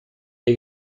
der